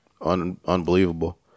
unbelievable